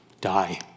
die